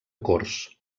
corts